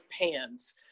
pans